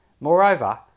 Moreover